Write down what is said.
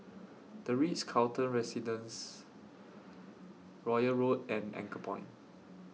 The Ritz Carlton Residences Royal Road and Anchorpoint